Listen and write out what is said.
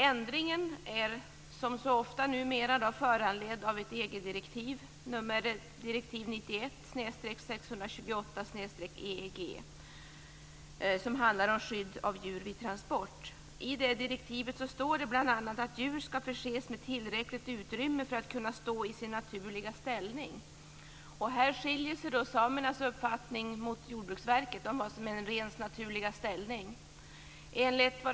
Ändringen är, som så ofta numera, föranledd av ett EG-direktiv, direktiv 91 EEG, som handlar om skydd av djur vid transport. I det direktivet står det bl.a. att djur skall förses med tillräckligt utrymme för att kunna stå i sin naturliga ställning. Här skiljer sig samernas uppfattning från Jordbruksverkets om vad som är renens naturliga ställning.